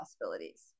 possibilities